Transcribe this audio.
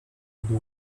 the